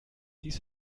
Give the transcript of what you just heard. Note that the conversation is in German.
dies